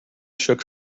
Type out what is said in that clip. shook